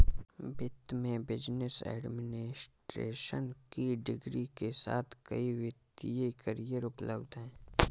वित्त में business administration की डिग्री के साथ कई वित्तीय करियर उपलब्ध हैं